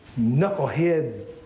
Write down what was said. knucklehead